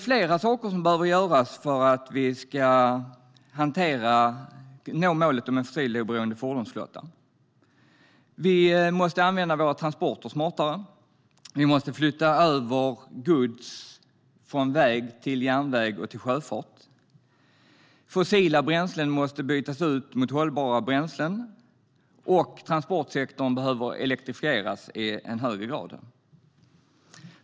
Flera saker behöver göras för att nå målet om en fossiloberoende fordonsflotta. Vi måste använda våra transporter smartare. Vi måste flytta över gods från väg till järnväg och sjöfart. Fossila bränslen måste bytas ut mot hållbara bränslen, och transportsektorn behöver elektrifieras i högre grad.